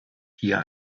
hier